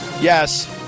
Yes